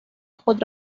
خود